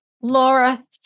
Laura